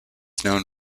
known